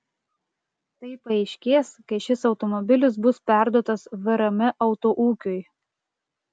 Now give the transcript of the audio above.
tai paaiškės kai šis automobilis bus perduotas vrm autoūkiui